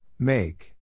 Make